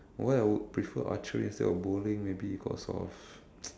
well I would prefer archery instead of bowling maybe because of